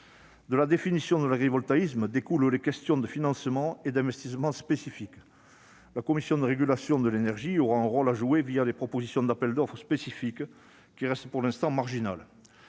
De la définition de l'agrivoltaïsme découlent les questions de financement et d'investissement spécifique. La Commission de régulation de l'énergie aura un rôle à jouer des appels d'offres particuliers, qui restent pour l'instant marginaux.